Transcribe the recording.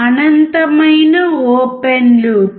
అనంతమైన open loop